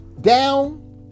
down